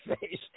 face